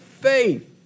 faith